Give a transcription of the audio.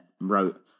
wrote